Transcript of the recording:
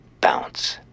Bounce